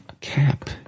cap